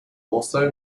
also